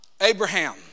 Abraham